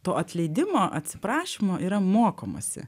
to atleidimo atsiprašymo yra mokomasi